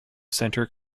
centre